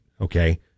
okay